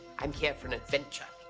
i'm here for an adventure.